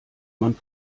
man